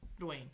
Dwayne